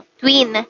twin